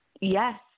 Yes